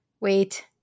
wait